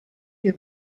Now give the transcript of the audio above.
viel